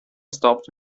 stopped